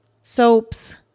soaps